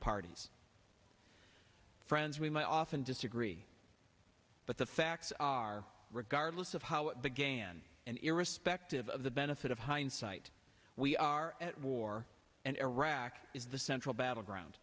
parties friends we might often disagree but the facts are regardless of how it began and irrespective of the benefit of hindsight we are at war and iraq is the central battleground